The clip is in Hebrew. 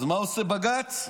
אז מה עושה בג"ץ?